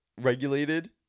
regulated